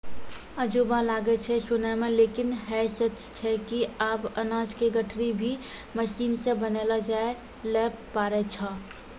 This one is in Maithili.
अजूबा लागै छै सुनै मॅ लेकिन है सच छै कि आबॅ अनाज के गठरी भी मशीन सॅ बनैलो जाय लॅ पारै छो